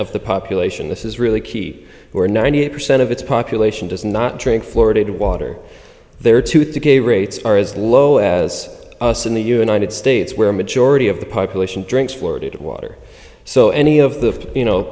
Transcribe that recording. the population this is really key who are ninety eight percent of its population does not drink florida water they're too thick a rates are as low as us in the united states where a majority of the population drinks forded water so any of the you know